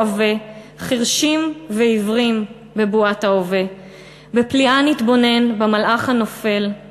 עבה / חירשים ועיוורים / בבועת ההווה // בפליאה נתבונן / במלאך הנופל /